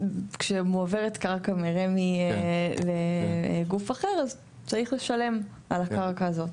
כשמועברת קרקע מרמ״י לגוף אחר אז צריך לשלם על הקרקע הזאת.